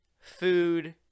food